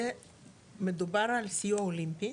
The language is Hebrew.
מדובר על סיוע אולימפי.